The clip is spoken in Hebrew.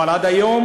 אבל עד היום